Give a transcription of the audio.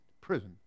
prison